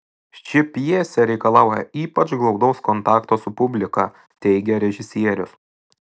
ši pjesė reikalauja ypač glaudaus kontakto su publika teigė režisierius